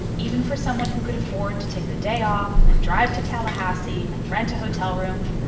even for someone who could afford to take the day off and drive to tallahassee and rent a hotel room,